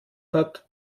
hat